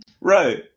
Right